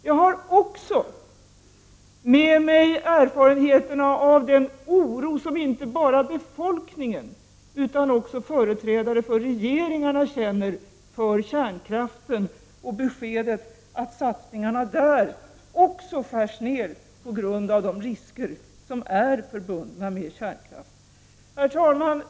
Jag har också med mig erfarenheterna av den oro som inte bara befolkningen, utan också företrädare för regeringarna känner för kärnkraften, och jag har med beskedet att satsningarna där också skärs ned på grund av de risker som är förbundna med kärnkraft. Herr talman!